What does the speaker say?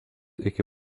iki